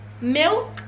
milk